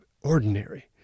ordinary